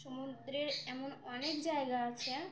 সমুদ্রের এমন অনেক জায়গা আছে